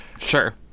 Sure